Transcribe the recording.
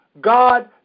God